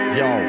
yo